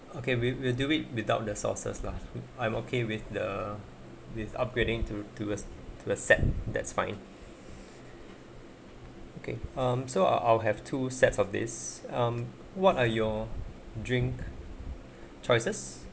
okay we will do it without the sauces lah I'm okay with the with upgrading to to uh to a set that's fine okay um so I'll I'll have two sets of this um what are your drink choices